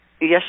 Yes